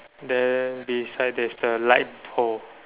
then beside there's the light pole